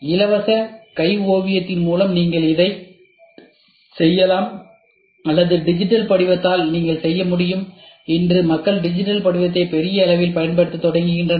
இலவச கை வரைவு மூலம் நீங்கள் இதைச் செய்யலாம் அல்லது டிஜிட்டல் படிவத்தால் செய்ய முடியும் இன்று மக்கள் டிஜிட்டல் படிவத்தை பெரிய அளவில் பயன்படுத்தத் தொடங்கினர்